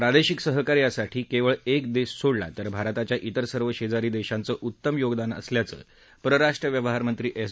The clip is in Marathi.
प्रादेशिक सहकार्यासाठी केवळ एक देश सोडला तर भारताच्या इतर सर्व शेजारी देशांचं उत्तम योगदान असल्याचं परराष्ट्र व्यवहार मंत्री एस